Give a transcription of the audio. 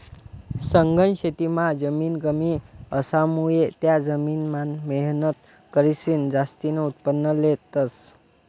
सघन शेतीमां जमीन कमी असामुये त्या जमीन मान मेहनत करीसन जास्तीन उत्पन्न लेतस